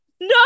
No